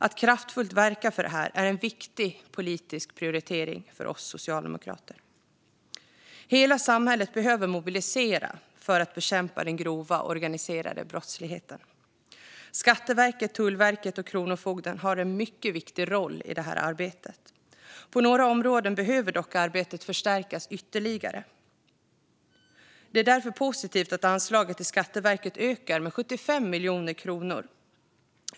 Att kraftfullt verka för det är en viktig politisk prioritering för oss socialdemokrater. Hela samhället behöver mobilisera för att bekämpa den grova organiserade brottsligheten. Skatteverket, Tullverket och Kronofogden har en mycket viktig roll i det arbetet. På några områden behöver arbetet dock förstärkas ytterligare. Det är därför positivt att anslaget till Skatteverket ökar med 75 miljoner kronor.